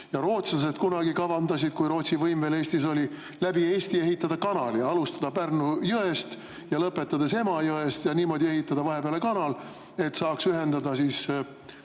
Rootslased kunagi kavandasid, kui Rootsi võim meil Eestis oli, läbi Eesti ehitada kanali: alustada Pärnu jõest ja lõpetades Emajões ja niimoodi ehitada vahepealne kanal, et saaks ühendada